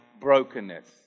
brokenness